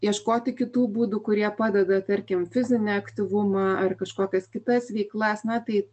ieškoti kitų būdų kurie padeda tarkim fizinį aktyvumą ar kažkokias kitas veiklas na tai